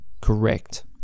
correct